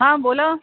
हा बोला